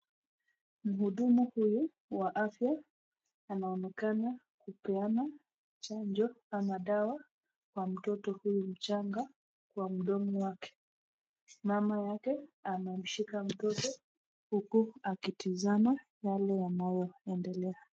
Mhudumu huyu wa afya anaonekana kupeana chanjo ama dawa kwa mtoto huyu mchanga kwa mdomo wake. Mama yake amemshika mtoto huku akitazama yale yanayoendelea.